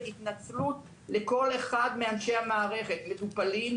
התנצלות לכל אחד מאנשי המערכת: מטופלים,